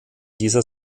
dieser